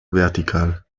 vertikal